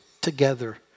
together